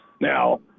Now